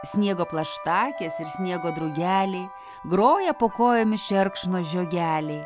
sniego plaštakės ir sniego drugeliai groja po kojomis šerkšno žiogeliai